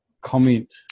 comment